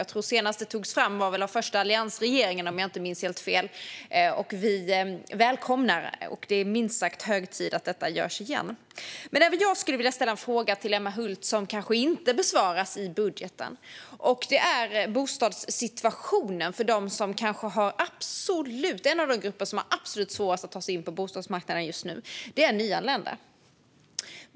Senast en sådan togs fram var av den första alliansregeringen, om jag inte minns helt fel, och det är minst sagt hög tid att det görs igen. Jag skulle vilja ställa en fråga till Emma Hult som inte besvaras i budgeten. Den handlar om bostadssituationen för en av de grupper som har absolut svårast att ta sig in på bostadsmarknaden just nu, nämligen de nyanlända.